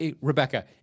Rebecca